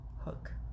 hook